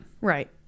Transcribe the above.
Right